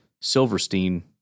Silverstein